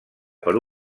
per